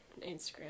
instagram